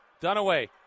dunaway